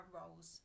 roles